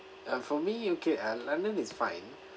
and for me okay uh london is fine